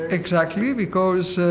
exactly, because